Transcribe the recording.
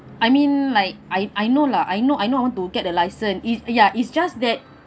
I mean like I I know lah I know I know I want to get a license is ya is just that